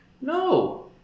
no